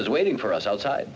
is waiting for us outside